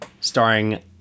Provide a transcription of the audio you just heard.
starring